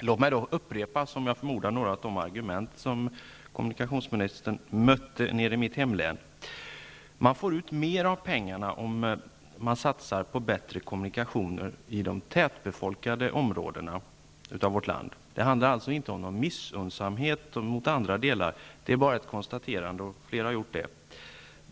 Låt mig upprepa några av de argument som jag förmodar att kommunikationsministern mötte i vårt hemlän. Man får ut mer av pengarna om man satsar på bättre kommunikationer i de tätbefolkade områdena av vårt land. Det handlar alltså inte om någon missunnsamhet mot andra delar, utan det är bara ett konstaterande, som flera har gjort.